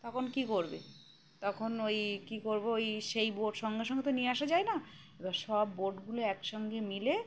তখন কী করবে তখন ওই কী করবো ওই সেই বোর্ড সঙ্গে সঙ্গে তো নিয়ে আসা যায় না এবার সব বোর্ডগুলো একসঙ্গে মিলে